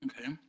okay